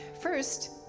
First